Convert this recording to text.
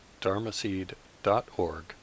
dharmaseed.org